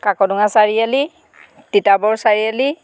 কাকদোঙা চাৰিআলি তিতাবৰ চাৰিআলি